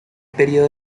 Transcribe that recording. período